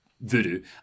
voodoo